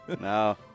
No